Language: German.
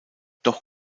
doch